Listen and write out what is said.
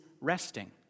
resting